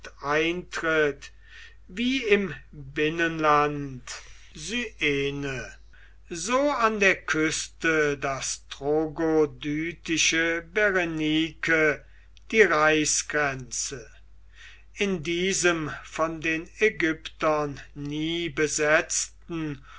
wie im binnenland syene so an der küste das trogodytische berenike die reichsgrenze in diesem von den ägyptern nie besetzten